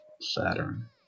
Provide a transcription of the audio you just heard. Saturn